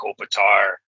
Kopitar